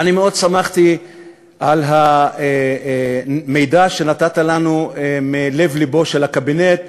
אני מאוד שמחתי על המידע שנתת לנו מלב-לבו של הקבינט,